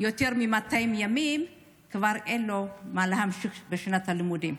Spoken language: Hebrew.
יותר מ-200 ימים אין מה להמשיך בשנת הלימודים.